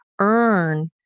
earn